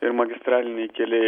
ir magistraliniai keliai